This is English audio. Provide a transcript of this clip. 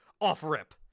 off-rip